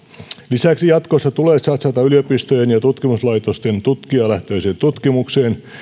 lisäksi jatkossa tulee satsata yliopistojen ja tutkimuslaitosten tutkijalähtöiseen tutkimukseen